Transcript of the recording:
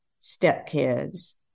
stepkids